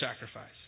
sacrifice